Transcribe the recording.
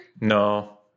No